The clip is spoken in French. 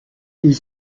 ils